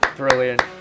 Brilliant